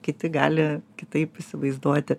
kiti gali kitaip įsivaizduoti